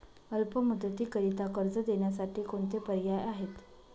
अल्प मुदतीकरीता कर्ज देण्यासाठी कोणते पर्याय आहेत?